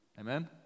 Amen